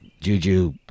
Juju